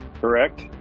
correct